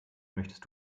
möchtest